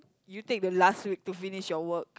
you take the last week to finish your work